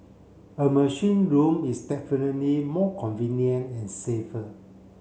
a machine room is definitely more convenient and safer